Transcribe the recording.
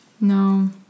No